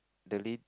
the lid